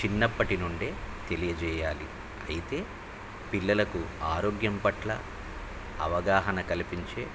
చిన్నప్పటి నుండే తెలియజేయాలి అయితే పిల్లలకు ఆరోగ్యం పట్ల అవగాహన కల్పించే